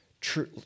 True